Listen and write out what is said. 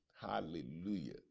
Hallelujah